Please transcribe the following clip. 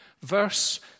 Verse